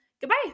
Goodbye